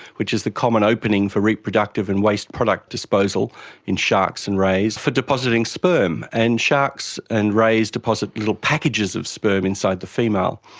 which is the common opening for reproductive and waste product disposal in sharks and rays for depositing sperm. and sharks and rays deposit little packages of sperm inside the female,